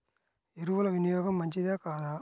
ఎరువుల వినియోగం మంచిదా కాదా?